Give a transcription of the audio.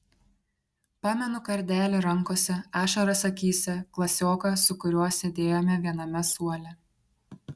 pamenu kardelį rankose ašaras akyse klasioką su kuriuo sėdėjome viename suole